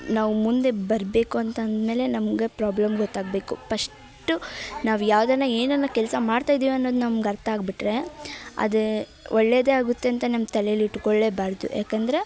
ನಾವು ಮುಂದೆ ಬರಬೇಕು ಅಂತ ಅಂದ ಮೇಲೆ ನಮಗೆ ಪ್ರಾಬ್ಲಮ್ ಗೊತ್ತಾಗಬೇಕು ಪಸ್ಟು ನಾವು ಯಾವುದನ್ನು ಏನನ್ನು ಕೆಲಸ ಮಾಡ್ತಾಯಿದ್ದೀವಿ ಅನ್ನೋದು ನಮ್ಗೆ ಅರ್ಥ ಆಗ್ಬಿಟ್ಟರೆ ಅದು ಒಳ್ಳೆಯದೆ ಆಗುತ್ತೆ ಅಂತ ನಮ್ಮ ತಲೇಲಿ ಇಟ್ಕೊಳ್ಳೆಬಾರದು ಯಾಕಂದ್ರೆ